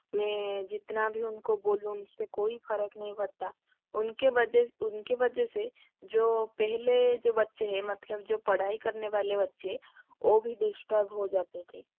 मैं जितना भी उनको बोलूँ उन से कोई फ़र्क़ नहीं पड़ता उनके वजह उनके वजह से जो पहले जो बच्चे हैं मतलब जो पढ़ाई करने वाले बच्चे हैं वो भी डिश्टर्ब हो जाते थे